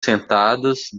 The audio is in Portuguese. sentadas